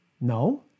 No